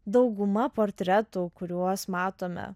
dauguma portretų kuriuos matome